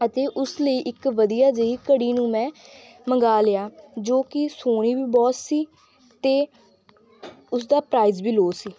ਅਤੇ ਉਸ ਲਈ ਇੱਕ ਵਧੀਆ ਜਿਹੀ ਘੜੀ ਨੂੰ ਮੈਂ ਮੰਗਵਾ ਲਿਆ ਜੋ ਕਿ ਸੋਹਣੀ ਵੀ ਬਹੁਤ ਸੀ ਅਤੇ ਉਸ ਦਾ ਪ੍ਰਾਈਜ਼ ਵੀ ਲੋਅ ਸੀ